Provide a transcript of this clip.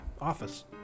office